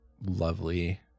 lovely